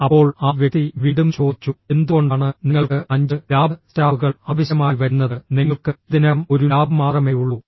അപ്പോൾ ആ വ്യക്തി വീണ്ടും ചോദിച്ചു എന്തുകൊണ്ടാണ് നിങ്ങൾക്ക് അഞ്ച് ലാബ് സ്റ്റാഫുകൾ ആവശ്യമായി വരുന്നത് നിങ്ങൾക്ക് ഇതിനകം ഒരു ലാബ് മാത്രമേയുള്ളൂ